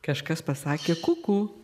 kažkas pasakė ku ku